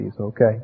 okay